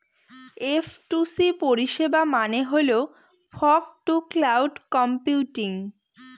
F two C পরিষেবা মানে হল ফগ টু ক্লাউড কম্পিউটিং